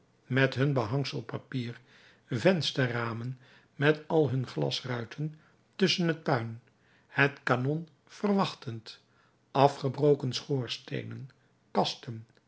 met hun behangselpapier vensterramen met al hun glasruiten tusschen het puin het kanon verwachtend afgebroken schoorsteenen kasten